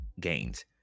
gains